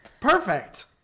Perfect